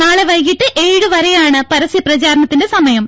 നാളെ വൈകിട്ട് ഏഴു വരെയാണ് പരസ്യ പ്രചാരണത്തിന്റെ സമയം